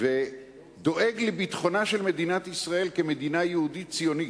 ודואג לביטחונה של מדינת ישראל כמדינה יהודית-ציונית,